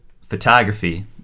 photography